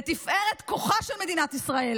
לתפארת כוחה של מדינת ישראל,